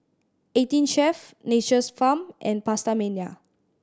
Eighteen Chef Nature's Farm and PastaMania